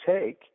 take